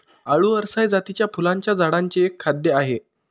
आळु अरसाय जातीच्या फुलांच्या झाडांचे एक खाद्य आहे